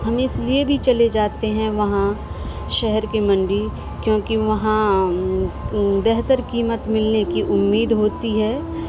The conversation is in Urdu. ہم اس لیے بھی چلے جاتے ہیں وہاں شہر کی منڈی کیونکہ وہاں بہتر قیمت ملنے کی امید ہوتی ہے